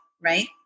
right